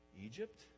Egypt